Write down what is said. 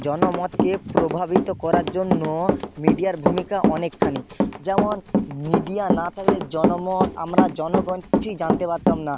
জনমতকে প্রভাবিত করার জন্য মিডিয়ার ভূমিকা অনেকখানি যেমন মিডিয়া না থাকলে জনমত আমরা জনগণ কিছুই জানতে পারতাম না